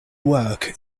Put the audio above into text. work